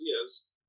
ideas